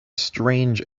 strange